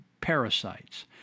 parasites